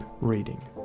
reading